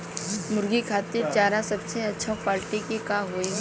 मुर्गी खातिर चारा सबसे अच्छा क्वालिटी के का होई?